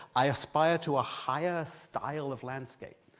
i aspire to a higher style of landscape,